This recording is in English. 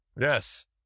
Yes